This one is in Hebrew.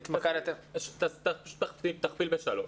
תכפיל בשלוש.